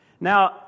Now